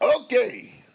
Okay